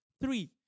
Three